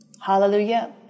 Hallelujah